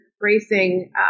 Racing